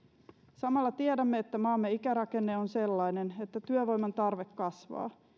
samalla tiedämme että maamme ikärakenne on sellainen että työvoiman tarve kasvaa